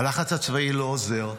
הלחץ הצבאי לא עוזר,